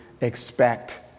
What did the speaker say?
expect